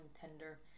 tender